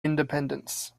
independence